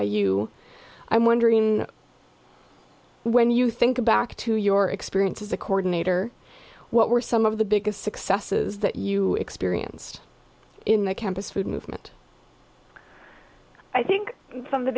u i'm wondering when you think of back to your experience as a coordinator what were some of the biggest successes that you experienced in the campus food movement i think some of the